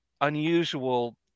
unusual